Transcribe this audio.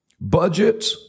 Budgets